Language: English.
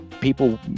people